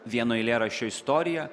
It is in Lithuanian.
vieno eilėraščio istorija